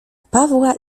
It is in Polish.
pawła